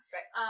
Right